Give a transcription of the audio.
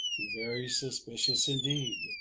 very suspicious indeed.